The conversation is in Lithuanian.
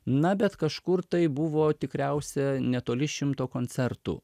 na bet kažkur tai buvo tikriausia netoli šimto koncertų